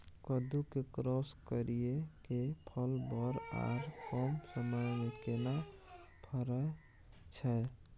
कद्दू के क्रॉस करिये के फल बर आर कम समय में केना फरय छै?